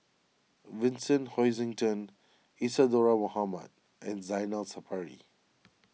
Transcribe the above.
Vincent Hoisington Isadhora Mohamed and Zainal Sapari